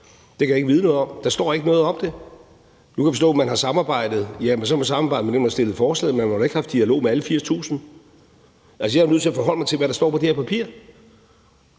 Det kan jeg ikke vide noget om. Der står ikke noget om det. Nu kan jeg forstå, at man har samarbejdet. Ja, så har man samarbejdet med dem, man har fremsat forslaget med, men man har jo ikke haft dialog med alle 80.000. Altså, jeg er nødt til at forholde mig til, hvad der står på det her papir.